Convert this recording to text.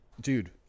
Dude